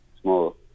small